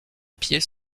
pieds